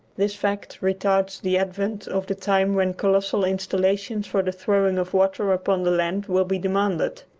this fact retards the advent of the time when colossal installations for the throwing of water upon the land will be demanded.